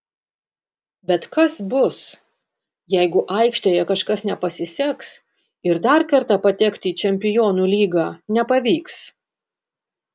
bet kas bus jeigu aikštėje kažkas nepasiseks ir dar kartą patekti į čempionų lygą nepavyks